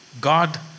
God